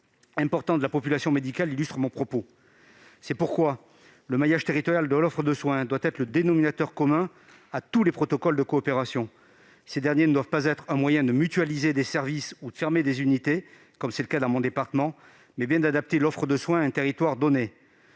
importante de la population médicale. C'est pourquoi le maillage territorial de l'offre de soins doit être le dénominateur commun de tous les protocoles de coopération. Ces derniers doivent être le moyen non pas de mutualiser des services ou de fermer des unités, comme c'est le cas dans mon département, mais bien d'adapter l'offre de soins à un territoire donné.